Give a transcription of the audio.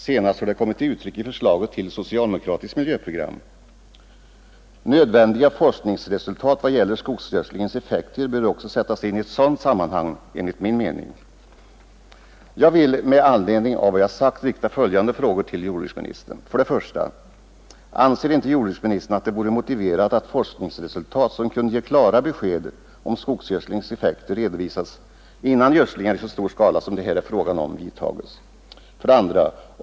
Senast har detta kommit till uttryck i förslaget till socialdemokratiskt miljöprogram. Nödvändiga forskningsresultat vad gäller skogsgödslingens effekter bör också enligt min mening sättas in i ett sådant sammanhang. 1. Anser inte jordbruksministern att det vore motiverat att forskningsresultat som kunde ge klara besked om skogsgödslingens effekter redovisades innan gödslingar i så stor skala, som det här är fråga om, vidtages? 2.